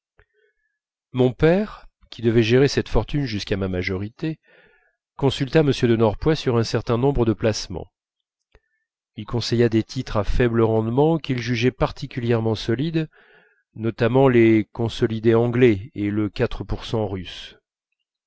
mon père qui devait gérer cette fortune jusqu'à ma majorité consulta m de norpois sur un certain nombre de placements il conseilla des titres à faible rendement qu'il jugeait particulièrement solides notamment les consolidés anglais et le russe